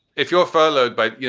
if you're furloughed, but, you